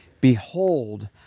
behold